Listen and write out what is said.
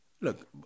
Look